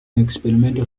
experimental